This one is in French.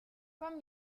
comme